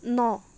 ন